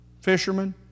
fishermen